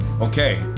Okay